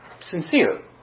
sincere